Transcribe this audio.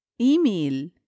Email